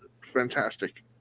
fantastic